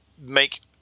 make